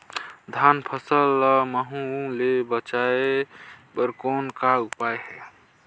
धान फसल ल महू ले बचाय बर कौन का उपाय हे?